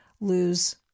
lose